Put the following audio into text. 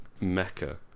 mecca